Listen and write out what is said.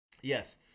Yes